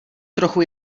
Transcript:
trochu